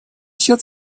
счет